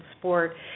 sport